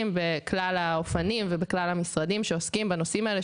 - בכלל האופנים ובכלל המשרדים שעוסקים בנושאים האלה,